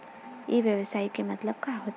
ई व्यवसाय मतलब का होथे?